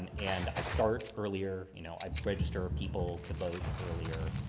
and i start earlier, you know, i register ah people to vote earlier,